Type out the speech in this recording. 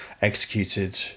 executed